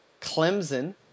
Clemson